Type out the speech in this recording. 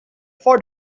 for